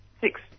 six